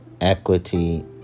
equity